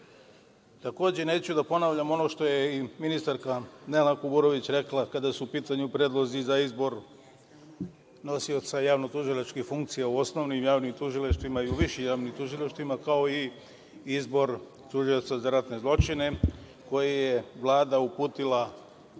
nama. Takođe neću da ponavljam ono što je i ministarka Nela Kuburović rekla kada su u pitanju predlozi za izbor nosioca javno-tužilačkih funkcija u osnovnim javnim tužilaštvima i u višim javnim tužilaštvima, kao i izbor tužioca za ratne zločine, koji je Vlada uputila